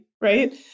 right